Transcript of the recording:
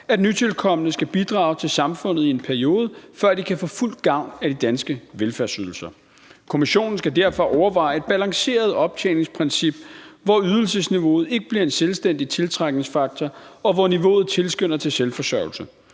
at nytilkomne skal bidrage til samfundet i en periode, før de kan få fuld gavn af de danske velfærdsydelser. Kommissionen skal derfor overveje et balanceret optjeningsprincip, hvor ydelsesniveauet ikke bliver en selvstændig tiltrækningsfaktor, og hvor niveauet tilskynder til selvforsørgelse.